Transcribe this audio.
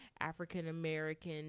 African-American